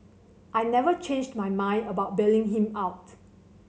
I never changed my mind about bailing him out